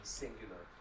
singular